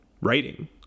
writing